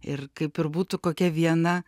ir kaip ir būtų kokia viena